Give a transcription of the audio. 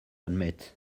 admit